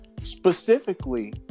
specifically